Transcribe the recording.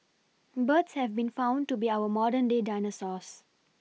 birds have been found to be our modern day dinosaurs